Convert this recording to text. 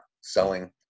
selling